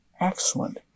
excellent